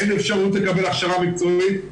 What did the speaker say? אין אפשרות לקבל הכשרה מקצועית.